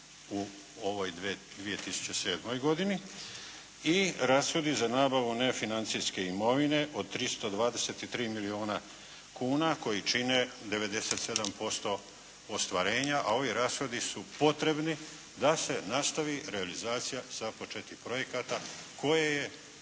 u ovoj 2007. godini. I rashodi za nabavu nefinancijske imovine od 323 milijuna kuna koji čine 97% ostvarenja a ovi rashodi su potrebni da se nastavi realizacija započetih projekata koje je,